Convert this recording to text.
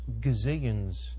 gazillions